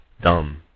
dumb